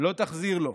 לא תחזיר לו,